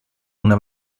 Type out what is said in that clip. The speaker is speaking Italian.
una